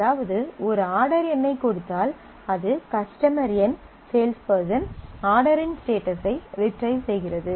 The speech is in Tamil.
அதாவது ஒரு ஆர்டர் எண்ணைக் கொடுத்தால் அது கஸ்டமர் எண் சேல்ஸ்பெர்சன் ஆர்டரின் ஸ்டேட்டசை ரிட்ரைவ் செய்கிறது